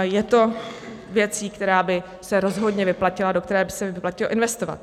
Je to věc, která by se rozhodně vyplatila, do které by se vyplatilo investovat.